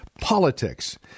politics